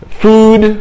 food